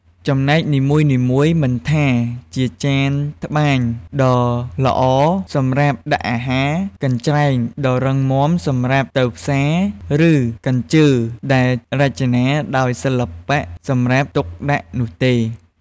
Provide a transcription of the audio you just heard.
បំណែកនីមួយៗ មិនថាជាចានក្បានដ៏ល្អសម្រាប់ដាក់អាហារ កញ្រ្ចែងដ៏រឹងមាំសម្រាប់ទៅផ្សារ ឬកញ្ជើរដែលរចនាដោយសិល្បៈសម្រាប់ទុកដាក់នោះទេ។